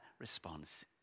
response